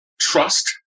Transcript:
trust